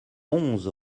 onze